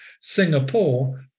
Singapore